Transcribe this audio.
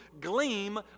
gleam